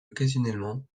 occasionnellement